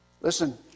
Listen